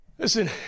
Listen